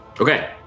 okay